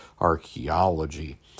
archaeology